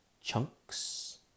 chunks